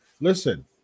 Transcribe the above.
listen